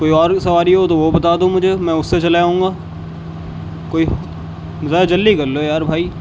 کوئی اور سواری ہو تو وہ بتا دو مجھے میں اس سے چلا جاؤں گا کوئی ذرا جلدی کر لو یار بھائی